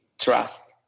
trust